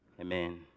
Amen